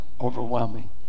overwhelming